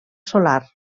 solar